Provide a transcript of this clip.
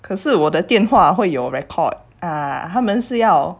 可是我的电话会有 record ah 他们是要